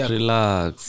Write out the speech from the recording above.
Relax